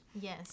Yes